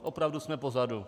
Opravdu jsme pozadu.